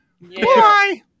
Bye